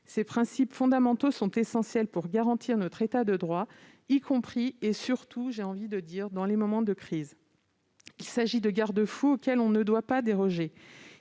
Ces principes fondamentaux sont essentiels pour garantir notre État de droit, y compris et surtout dans les moments de crise : il s'agit de garde-fous auxquels on ne doit pouvoir déroger.